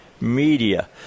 Media